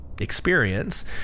experience